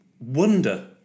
wonder